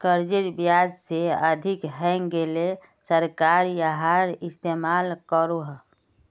कर्जेर ब्याज से अधिक हैन्गेले सरकार याहार इस्तेमाल करोह